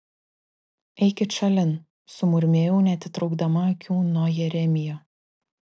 eikit šalin sumurmėjau neatitraukdama akių nuo jeremijo